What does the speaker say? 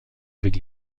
avec